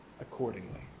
accordingly